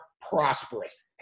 prosperous